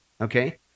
okay